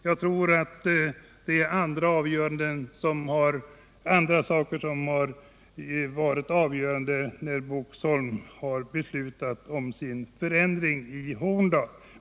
Jag tror det är andra saker som har varit avgörande när Boxholm beslutade om sin förändring i Horndal.